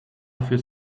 fürs